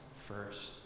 first